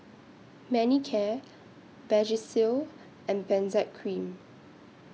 Manicare Vagisil and Benzac Cream